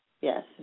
Yes